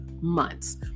months